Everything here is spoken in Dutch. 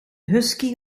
husky